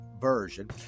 version